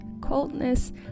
coldness